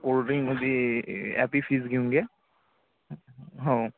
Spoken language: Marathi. कोल्ड्रिंगमध्ये ए ॲपी फिज घेऊन घ्या हो